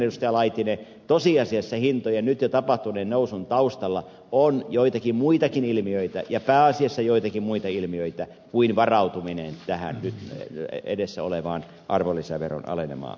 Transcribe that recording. laitinen tosiasiassa hintojen nyt jo tapahtuneen nousun taustalla on joitakin muitakin ilmiöitä ja pääasiassa joitakin muita ilmiöitä kuin varautuminen tähän nyt edessä olevaan arvonlisäveron alenemaan